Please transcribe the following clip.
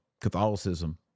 Catholicism